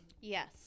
Yes